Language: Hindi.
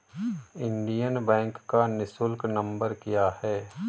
इंडियन बैंक का निःशुल्क नंबर क्या है?